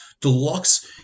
deluxe